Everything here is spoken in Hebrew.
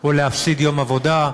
או להפסיד יום עבודה.